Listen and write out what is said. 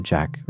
Jack